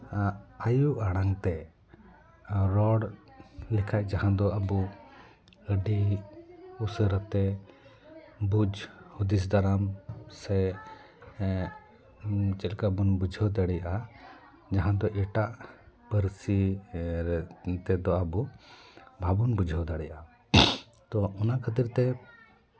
ᱟᱭᱳ ᱟᱲᱟᱝ ᱛᱮ ᱨᱚᱲ ᱞᱮᱠᱷᱟᱡ ᱡᱟᱦᱟᱸ ᱫᱚ ᱟᱵᱚ ᱟᱹᱰᱤ ᱩᱥᱟᱹᱨᱟ ᱛᱮ ᱵᱩᱡᱽ ᱦᱩᱫᱤᱥ ᱫᱟᱨᱟᱢ ᱥᱮ ᱪᱮᱫ ᱞᱮᱠᱟ ᱵᱚᱱ ᱵᱩᱡᱷᱟᱹᱣ ᱫᱟᱲᱮᱭᱟᱜᱼᱟ ᱡᱟᱦᱟᱸ ᱫᱚ ᱮᱴᱟᱜ ᱯᱟᱹᱨᱥᱤ ᱨᱮ ᱛᱮᱫᱚ ᱟᱵᱚ ᱵᱟᱵᱚᱱ ᱵᱩᱡᱷᱟᱹᱣ ᱫᱟᱲᱮᱭᱟᱜᱼᱟ ᱛᱚ ᱚᱱᱟ ᱠᱷᱟᱹᱛᱤᱨ ᱛᱮ